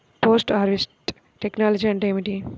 Post harvest technology అంటే ఏమిటి?